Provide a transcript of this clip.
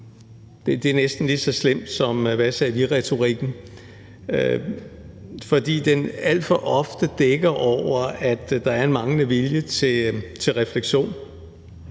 Det er næsten lige så slemt som hvad sagde vi-retorikken, fordi den alt for ofte dækker over, at der er en manglende vilje til refleksion.